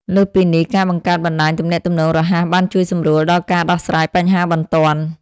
លើសពីនេះ ការបង្កើតបណ្តាញទំនាក់ទំនងរហ័សបានជួយសម្រួលដល់ការដោះស្រាយបញ្ហាបន្ទាន់។